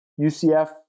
UCF